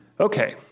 okay